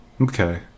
okay